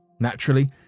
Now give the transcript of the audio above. Naturally